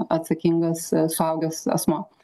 atsakingas suaugęs asmuo